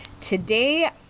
Today